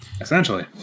Essentially